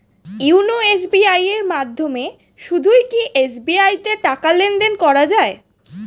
YONO SBI এর মাধ্যমে শুধুই কি এস.বি.আই তে টাকা লেনদেন করা যায়?